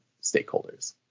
stakeholders